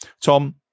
Tom